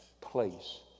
place